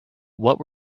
what